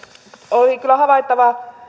oli kyllä havaittava että